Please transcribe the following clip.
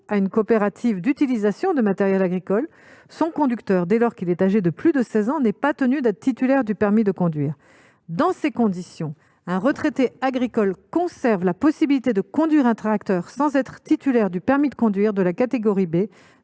à une coopérative d'utilisation de matériel agricole son conducteur, dès lors qu'il est âgé de plus de 16 ans, n'est pas tenu d'être titulaire du permis de conduire. Dans ces conditions, un retraité agricole conserve la possibilité de conduire un tracteur sans être titulaire du permis de conduire de la catégorie B,